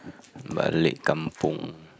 Balik kampung